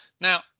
Now